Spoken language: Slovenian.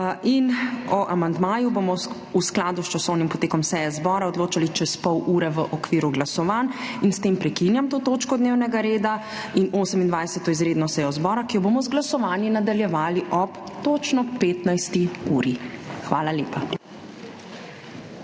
O amandmaju bomo v skladu s časovnim potekom seje zbora odločali čez pol ure v okviru glasovanj in s tem prekinjam to točko dnevnega reda in 28. izredno sejo zbora, ki jo bomo z glasovanji nadaljevali ob točno 15. uri. Hvala lepa.